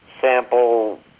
sample